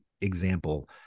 example